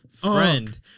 Friend